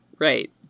Right